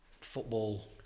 football